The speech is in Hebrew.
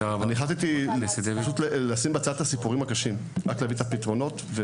אני פשוט החלטתי לשים בצד את הסיפורים הקשים ולהביא את הפתרונות.